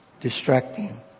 Distracting